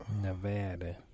Nevada